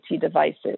devices